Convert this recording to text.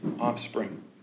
offspring